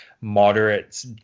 moderates